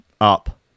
up